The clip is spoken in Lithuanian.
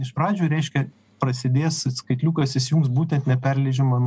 iš pradžių reiškia prasidės skaitliukas įsijungs būtent neperleidžiamom